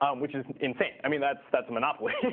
um which is insane. i mean, that's that's a monopoly. and